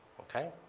okay?